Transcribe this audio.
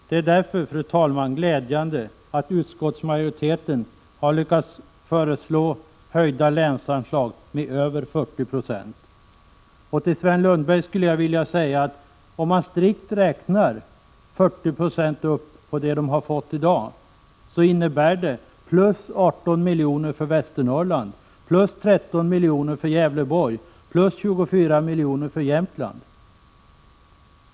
Det är därför, fru talman, glädjande att utskottsmajoriteten har lyckats enas om en höjning av länsanslagen med över 40 9. Till Sven Lundberg skulle jag vilja säga, att om man gör en strikt beräkning avseende 40 96 av vad som har utgått i dag, innebär det plus 18 miljoner för Västernorrland, plus 13 miljoner för Gävleborg och plus 24 miljoner för Jämtlands län.